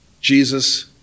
Jesus